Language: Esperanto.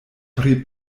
pri